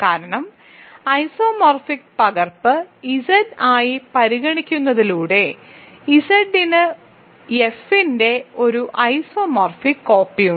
കാരണം ഐസോമോർഫിക് പകർപ്പ് ഇസഡ് ആയി പരിഗണിക്കുന്നതിലൂടെ ഇസഡിന് എഫിന്റെ ഒരു ഐസോമോർഫിക് കോപ്പി ഉണ്ട്